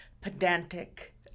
pedantic